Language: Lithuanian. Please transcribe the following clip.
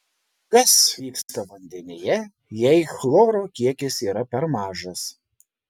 kas vyksta vandenyje jei chloro kiekis yra per mažas